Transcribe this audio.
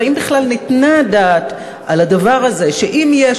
והאם בכלל ניתנה הדעת על הדבר הזה שאם יש